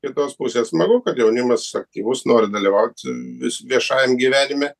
kitos pusės smagu kad jaunimas aktyvus nori dalyvaut vis viešajam gyvenime